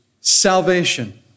salvation